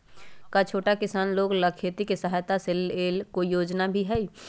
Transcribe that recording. का छोटा किसान लोग के खेती सहायता के लेंल कोई योजना भी हई?